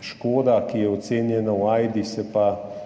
Škoda, ki je ocenjena v AJDA, se pa